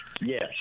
Yes